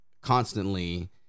Constantly